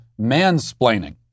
mansplaining